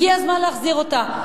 הגיע הזמן להחזיר אותה.